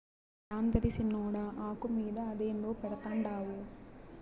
యాందది సిన్నోడా, ఆకు మీద అదేందో పెడ్తండావు